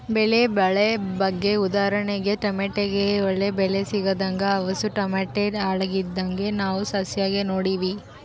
ಬೆಳೆ ಬೆಲೆ ಬಗ್ಗೆ ಉದಾಹರಣೆಗೆ ಟಮಟೆಗೆ ಒಳ್ಳೆ ಬೆಲೆ ಸಿಗದಂಗ ಅವುಸು ಟಮಟೆ ಹಾಳಾಗಿದ್ನ ನಾವು ನ್ಯೂಸ್ನಾಗ ನೋಡಿವಿ